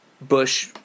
Bush